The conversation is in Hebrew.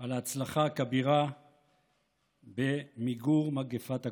על ההצלחה הכבירה במיגור מגפת הקורונה.